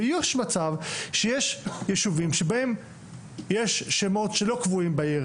ויש מצב שיש יישובים שבהם יש שמות שלא קבועים בעיר